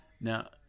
now